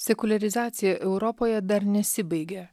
sekuliarizacija europoje dar nesibaigė